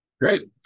Great